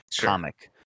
comic